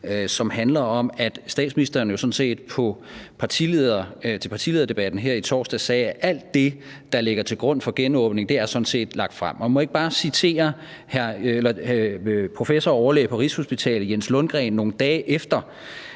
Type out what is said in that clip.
som handler om, at statsministeren under partilederdebatten her i torsdags sagde, at alt det, der ligger til grund for genåbningen, sådan set er lagt frem. Må jeg ikke bare citere professor og overlæge på Rigshospitalet Jens Lundgren – han er